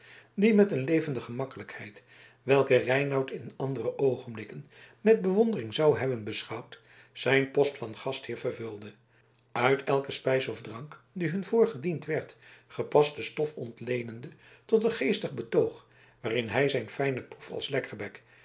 die met een levendige gemakkelijkheid welke reinout in andere oogenblikken met bewondering zou hebben beschouwd zijn post van gastheer vervulde uit elke spijs of drank die hun voorgediend werd gepaste stof ontleende tot een geestig betoog waarin hij zijn fijne proef als lekkerbek en